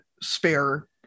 spare